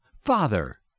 Father